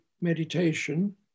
meditation